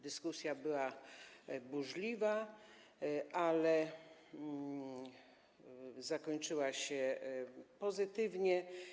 Dyskusja była burzliwa, ale zakończyła się pozytywnie.